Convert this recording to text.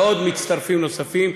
ומצטרפים נוספים.